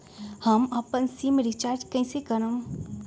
हम अपन SIM recharge कइसे करम?